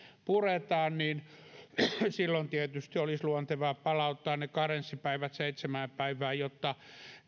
puretaan niin silloin tietysti olisi luontevaa palauttaa ne karenssipäivät seitsemään päivään jotta